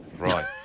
Right